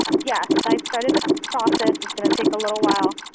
yeah i started the process. it's going to take a little while.